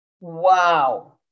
Wow